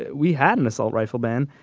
ah we had an assault rifle ban,